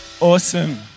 Awesome